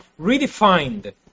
redefined